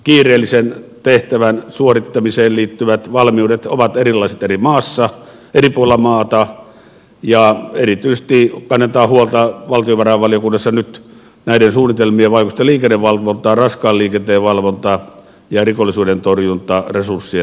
kiireellisen tehtävän suorittamiseen liittyvät valmiudet ovat erilaiset eri puolilla maata ja erityisesti kannetaan huolta valtiovarainvaliokunnassa nyt näiden suunnitelmien vaikutuksesta liikennevalvontaan raskaan liikenteen valvontaan ja rikollisuuden torjuntaresursseihin